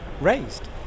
raised